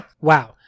Wow